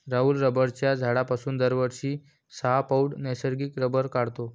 राहुल रबराच्या झाडापासून दरवर्षी सहा पौंड नैसर्गिक रबर काढतो